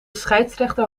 scheidsrechter